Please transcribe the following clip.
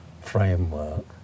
framework